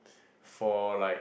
for like